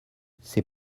ses